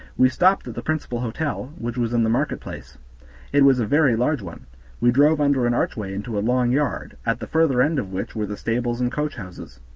we stopped at the principal hotel, which was in the market-place it was a very large one we drove under an archway into a long yard, at the further end of which were the stables and coachhouses.